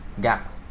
gap